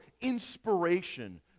inspiration